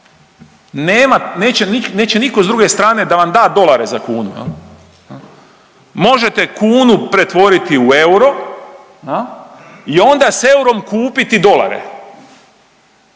neće nitko s druge strane da vam da dolare za kunu. Možete kunu pretvoriti u euro i onda s eurom kupiti dolare.